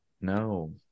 No